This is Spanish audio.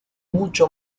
mucho